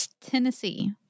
Tennessee